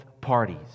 parties